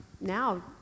now